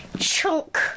chunk